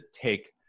take